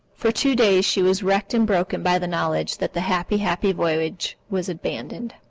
for two days she was wrecked and broken by the knowledge that the happy, happy voyage was abandoned.